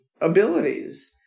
abilities